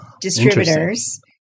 distributors